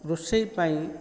ରୋଷେଇ ପାଇଁ